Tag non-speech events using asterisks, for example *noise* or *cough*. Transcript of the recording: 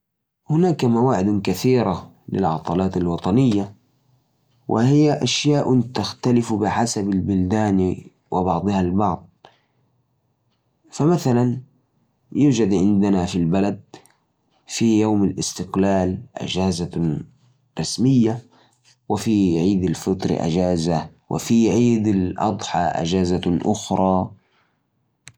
في السعودية العطلات الوطنية الرئيسية تشمل عيد الفطر، عيد الأضحى، واليوم الوطني. *noise* عيد الفطر يختلف موعده حسب رؤيه الهلال، وعادة يستمر حوالي ثلاثة أيام، وعيد الأضحى أيضاً يختلف موعده، ويستمر عادة لمدة أربعة أيام، واليوم الوطني يحتفل به في الثلاثه والعشرين من سبتمبر كل عام. هالمناسبات تعتبر فرص للاحتفال والتجمع بين العائلات.